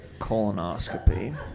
Colonoscopy